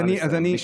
נא לסיים.